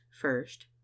first